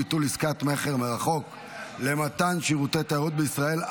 ביטול עסקת מכר מרחוק למתן שירותי תיירות בישראל),